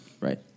Right